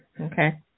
Okay